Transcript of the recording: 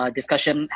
discussion